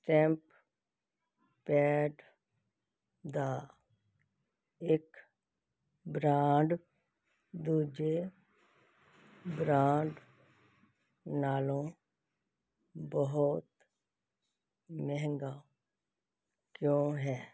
stamp pad ਦਾ ਇੱਕ brand ਦੂਜੇ ਬ੍ਰਾਂਡ ਨਾਲੋਂ ਬਹੁਤ ਮਹਿੰਗਾ ਕਿਉਂ ਹੈ